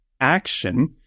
action